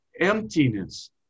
emptiness